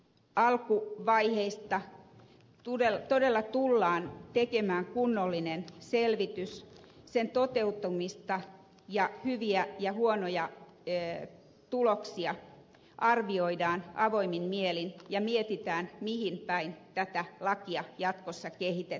arkku vaiheista tämän lain alkuvaiheista todella tullaan tekemään kunnollinen selvitys sen toteutumista ja hyviä ja huonoja tuloksia arvioidaan avoimin mielin ja mietitään mihinpäin tätä lakia jatkossa kehitetään